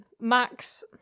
max